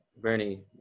Bernie